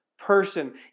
person